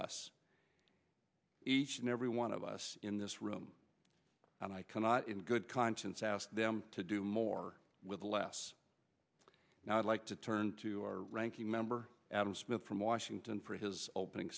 us each and every one of us in this room and i cannot in good conscience ask them to do more with less now i'd like to turn to our ranking member adam smith from washington for his opening